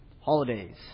Holidays